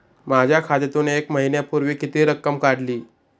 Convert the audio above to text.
माझ्या खात्यातून एक महिन्यापूर्वी किती रक्कम काढली?